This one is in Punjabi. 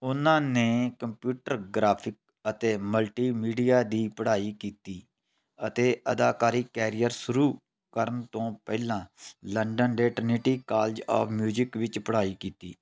ਉਨ੍ਹਾਂ ਨੇ ਕੰਪਿਊਟਰ ਗਰਾਫਿਕ ਅਤੇ ਮਲਟੀਮੀਡੀਆ ਦੀ ਪੜ੍ਹਾਈ ਕੀਤੀ ਅਤੇ ਅਦਾਕਾਰੀ ਕੈਰੀਅਰ ਸ਼ੁਰੂ ਕਰਨ ਤੋਂ ਪਹਿਲਾਂ ਲੰਡਨ ਦੇ ਟ੍ਰੀਨਿਟੀ ਕਾਲਜ ਆਫ ਮਿਊਜ਼ਿਕ ਵਿੱਚ ਪੜ੍ਹਾਈ ਕੀਤੀ